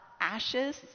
Ashes